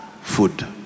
food